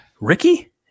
Ricky